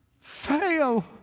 fail